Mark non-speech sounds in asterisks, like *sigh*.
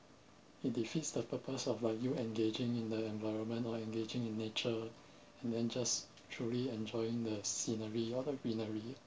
it defeats the purpose of like you engaging in the environment or engaging in nature *breath* and then just truly enjoying the scenery or the greenery